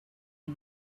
the